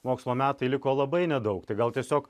mokslo metai liko labai nedaug tai gal tiesiog